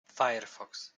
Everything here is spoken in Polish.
firefox